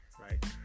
right